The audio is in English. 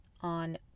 on